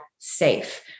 safe